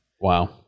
wow